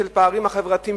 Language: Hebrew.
של פערים חברתיים,